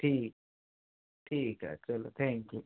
ਠੀਕ ਠੀਕ ਹੈ ਚਲੋ ਥੈਂਕ ਉ